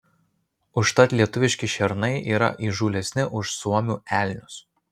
užtat lietuviški šernai yra įžūlesni už suomių elnius